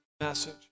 message